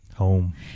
Home